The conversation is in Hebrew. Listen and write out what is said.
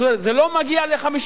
זאת אומרת, זה לא מגיע ל-50%.